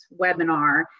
webinar